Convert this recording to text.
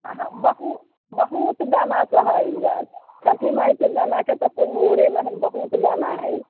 अहाँ बहु बहुत गाना सभ हय छठि माइकेँ गानाके तऽ ओरे नहि हय बहुत गाना हय